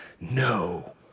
no